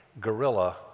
guerrilla